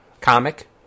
comic